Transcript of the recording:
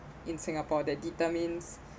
in singapore that determines